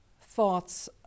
thoughts